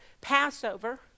Passover